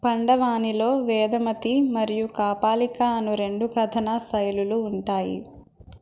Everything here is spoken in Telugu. పండవానిలో వేదమతి మరియు కాపాలిక అను రెండు కథన శైలులు ఉంటాయి